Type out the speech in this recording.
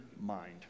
mind